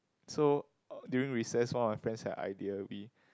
so during recess on of my friends had a idea we